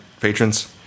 patrons